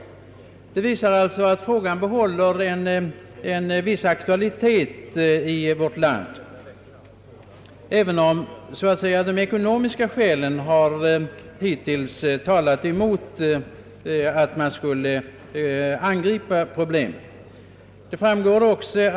Allt detta visar att frågan behåller viss aktualitet i vårt land, även om ekonomiska skäl hittills talat emot att man skulle praktiskt förverkliga sådana projekt.